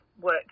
work